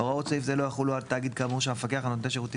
הוראות סעיף זה לא יחולו על תאגיד כאמור שהמפקח על נותני שירותים